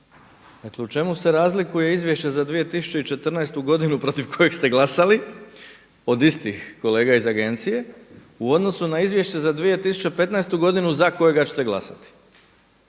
u čemu se razlikuje Izvješće za 2014. godinu protiv kojeg ste glasali od istih kolega iz agencije u odnosu na Izvješće za 2015. godinu za kojega ćete glasati.